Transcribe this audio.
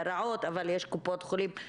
אנחנו יודעים מכל מיני מערכות שככל שהבידוד